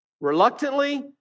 reluctantly